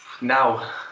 Now